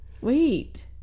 Wait